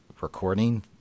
recording